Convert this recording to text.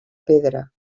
pedra